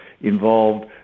involved